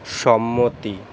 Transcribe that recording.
সম্মতি